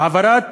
העברת